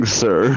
sir